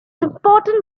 important